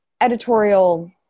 editorial